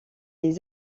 les